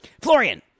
Florian